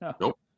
Nope